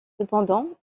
cependant